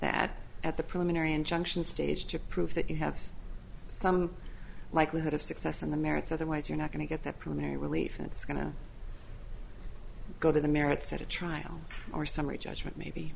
that at the preliminary injunction stage to prove that you have some likelihood of success on the merits otherwise you're not going to get that permit any relief it's going to go to the merits at a trial or summary judgment maybe